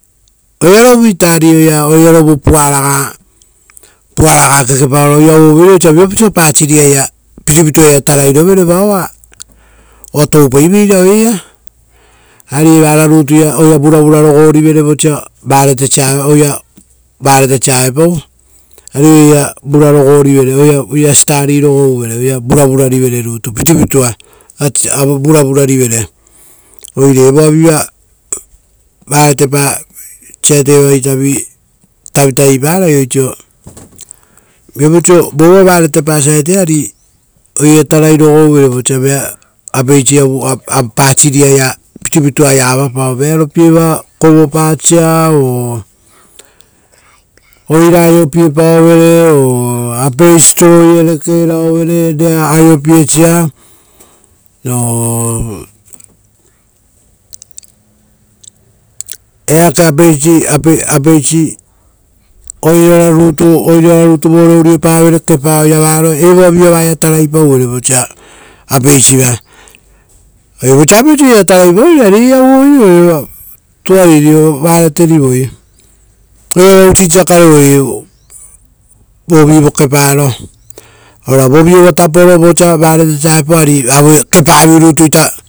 Oearovu oea puara raoa kekepaoro riakora oupai, osa viapau oisio pitupituaia taraipa vao oa riakova toupaivoi. Evara rutu vuravura rogo rivere vosa riakova ousa auepau. Riakova varo pitupitua, e vearopiea, ora oirara aiopiepaevere o-o. Apeisito iarare keraovere rera aiopiesia, o- vosa oirara rutu voarire uriopavere vei vokeparo. Uva evoa viva ia tara- pauvere vosa apeisiva riakova vosa. Apeisi oiraia tarai uvere, ariuvuipau ra oira ouri voarire kepa.